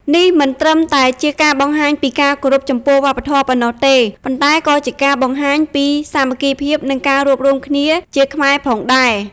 នេះមិនត្រឹមតែជាការបង្ហាញពីការគោរពចំពោះវប្បធម៌ប៉ុណ្ណោះទេ ប៉ុន្តែក៏ជាការបង្ហាញពី សាមគ្គីភាព និងការរួបរួមគ្នាជាខ្មែរផងដែរ។